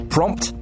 Prompt